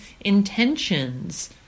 intentions